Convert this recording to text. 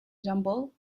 jumble